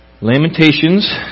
Lamentations